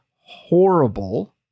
horrible